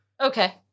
okay